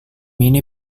ini